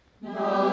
No